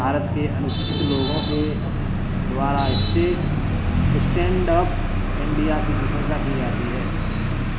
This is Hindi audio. सभी भारत के अनुसूचित लोगों के द्वारा स्टैण्ड अप इंडिया की प्रशंसा की जाती है